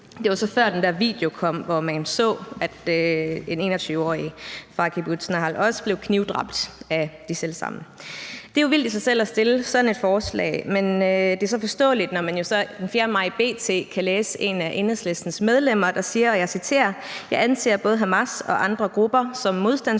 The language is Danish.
Det var så før, at den der video kom, hvor man så, at en 21-årig fra kibbutz Nahal Oz blev knivdræbt af de selv samme. Det er jo i sig selv vildt at stille sådan et forslag, men det er forståeligt, når man jo så den 4. maj i B.T. kan læse en af Enhedslistens medlemmer sige, og jeg citerer: »jeg anser både Hamas og andre grupper som modstandsgrupper...«.